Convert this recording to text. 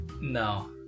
No